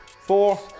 four